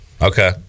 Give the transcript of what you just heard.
Okay